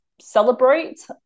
celebrate